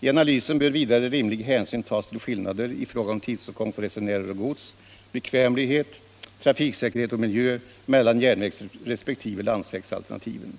I analysen bör vidare rimlig hänsyn tas till skillnader i fråga om tidsåtgång för resenärer och gods, bekvämlighet, trafiksäkerhet och miljö mellan järnvägsresp. landsvägsalternativen.